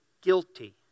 guilty